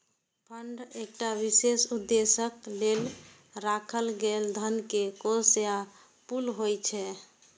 fund एकटा विशेष उद्देश्यक लेल राखल गेल धन के कोष या पुल होइ छै